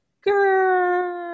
Girl